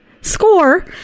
Score